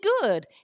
good